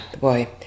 boy